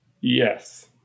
Yes